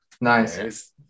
Nice